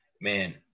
man